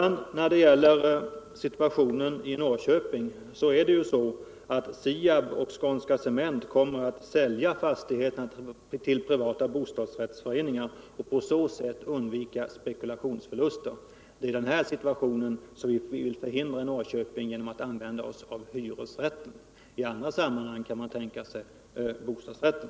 När det gäller situationen i Norrköping är det ju så att SIAB och Skånska Cement kommer att sälja fastigheterna till privata bostadsrättsföreningar för att på så sätt undvika spekulationsförluster. Det är den situationen som vi vill förhindra i Norrköping genom att använda oss av hyresrätter. I andra sammanhang kan man tänka sig bostadsrätter.